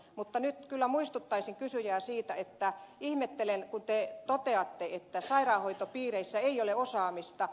mutta nyt kyllä muistuttaisin kysyjää siitä että ihmettelen kun te toteatte että sairaanhoitopiireissä ei ole osaamista